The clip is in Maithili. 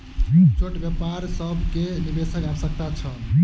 छोट व्यापार सभ के निवेशक आवश्यकता छल